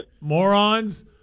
morons